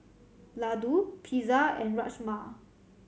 Ladoo Pizza and Rajma